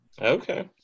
Okay